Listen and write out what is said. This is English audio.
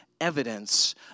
evidence